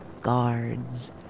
guards